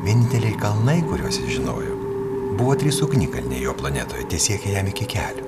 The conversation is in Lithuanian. vieninteliai kalnai kuriuos jis žinojo buvo trys ugnikalniai jo planetoje tesiekė jam iki kelių